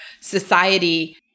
society